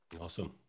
Awesome